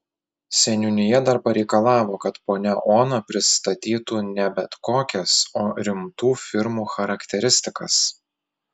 seniūnija dar pareikalavo kad ponia ona pristatytų ne bet kokias o rimtų firmų charakteristikas